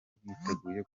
bwiteguye